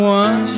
one